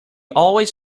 always